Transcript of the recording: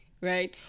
right